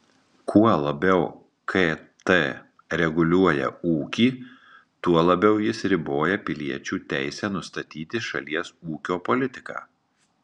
kuo labiau kt reguliuoja ūkį tuo labiau jis riboja piliečių teisę nustatyti šalies ūkio politiką